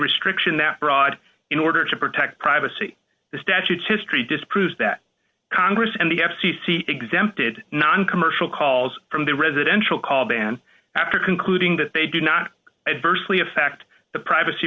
restriction that broad in order to protect privacy the statutes history disproves that congress and the f c c exempted noncommercial calls from the residential call ban after concluding that they do not adversely affect the privacy